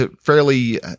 fairly